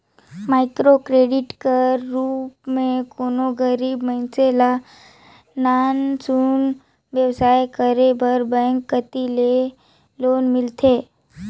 micro credit कर रूप में कोनो गरीब मइनसे ल नान सुन बेवसाय करे बर बेंक कती ले लोन मिलथे